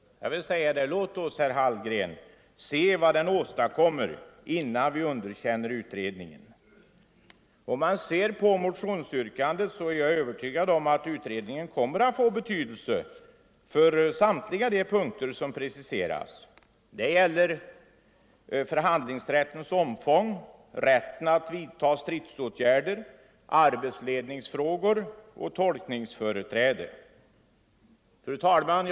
Låt oss, herr Hallgren, se vad utredningen åstadkommer innan vi under Nr 120 känner den; Onsdagen den Jag är övertygad om att utredningen kommer att få betydelse för samt 13 november 1974 liga de punkter som preciseras i motionen. Det gäller förhandlingsrättens = omfång, rätten att vidta stridsåtgärder, arbetsledningsfrågor och tolk — Lagstadgad rätt till ningsföreträde. strejk m.m. Fru talman!